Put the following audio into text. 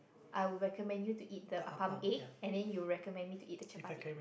I will recommend you to eat the appam egg and then you will recommend me to eat the chapati